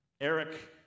Eric